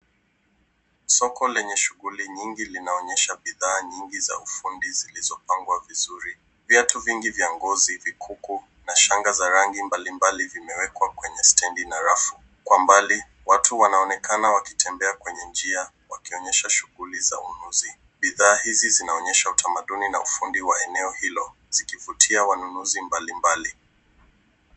Soko lenye shughuli nyingi linaonyesha bidhaa nyingi za ufundi zilizo pangwa vizuri. Viatu vingi vya ngozi vikuku na shanga za rangi mbali mbali vimewekwa kwenye stendi na rafu. Kwa mbali watu wanaonekana wakitembea kwenye njia wakionyesha shughuli za ununuzi. Bidhaa hizi zinaonyesha utamaduni na ufundi wa eneo hilo zikivitia wanunuzi mbali mbali.